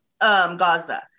Gaza